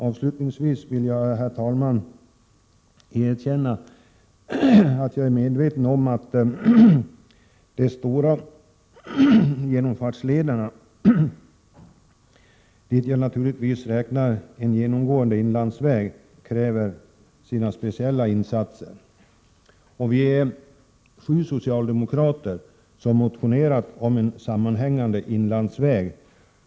Avslutningsvis vill jag erkänna att jag är medveten om att de stora genomfartslederna, dit jag naturligtvis räknar en genomgående in landsväg, kräver speciella insatser. Vi är sju socialdemokrater som har motionerat om en sammanhängande inlandsväg.